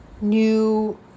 new